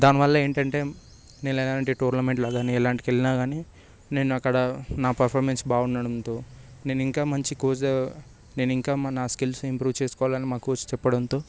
దానివల్ల ఏంటంటే నేను ఎలాంటి టోర్నమెంట్లు కానీ ఎలాంటి వెళ్ళినా కానీ నేను అక్కడ నా పర్ఫార్మెన్స్ బాగుండటంతో నేను ఇంకా మంచి కోచ్ నేను ఇంకా మన స్కిల్స్ ఇంప్రూవ్ చేసుకోవాలని మా కోచ్ చెప్పడంతో